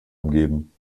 umgeben